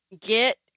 get